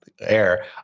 air